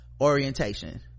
orientation